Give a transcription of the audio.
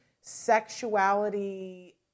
sexuality